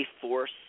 force